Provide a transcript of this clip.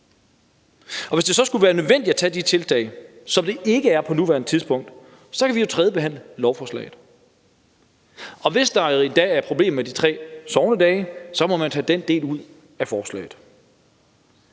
Og hvis det skulle blive nødvendigt at tage de tiltag, som det ikke er på nuværende tidspunkt, kan vi jo tredjebehandle lovforslaget, og hvis der til den tid er problemer med de tre søgnedage, må man tage den del ud af forslaget.